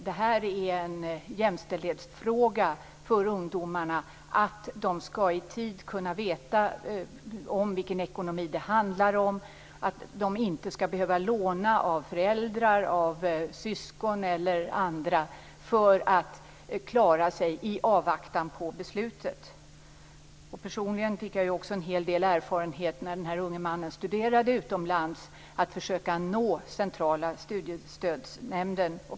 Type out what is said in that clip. Det är en jämställdhetsfråga att ungdomarna i tid skall få veta vilken ekonomi det handlar om. De skall inte behöva låna av föräldrar, syskon eller andra för att klara sig i väntan på beslutet. När den här unge mannen studerade utomlands fick jag också personligen en hel del erfarenhet av att försöka nå Centrala studiestödsnämnden.